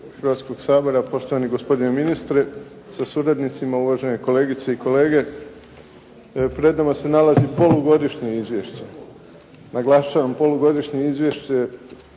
Hrvatskog sabora, gospodine ministre sa suradnicima, uvažene kolegice i kolege. Pred nama se nalazi polugodišnje izvješće. Naglašavam polugodišnje izvješće